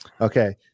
Okay